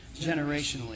generationally